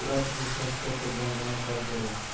পুরা প্রসেস শেষ কোরতে ব্যাংক অনেক কাজ করে